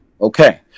Okay